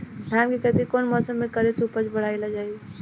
धान के खेती कौन मौसम में करे से उपज बढ़ाईल जाई?